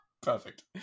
Perfect